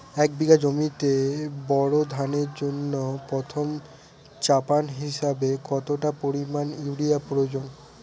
এক বিঘা জমিতে বোরো ধানের জন্য প্রথম চাপান হিসাবে কতটা পরিমাণ ইউরিয়া প্রয়োজন?